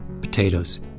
potatoes